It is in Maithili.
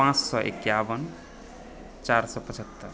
पाँच सए एकाबन चारि सए पचहत्तरि